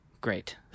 Great